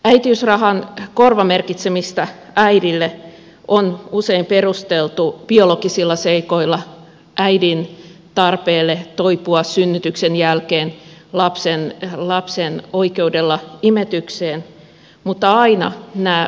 äitiysrahan korvamerkitsemistä äidille on usein perusteltu biologisilla seikoilla äidin tarpeella toipua synnytyksen jälkeen lapsen oikeudella imetykseen mutta aina nämä perustelut eivät päde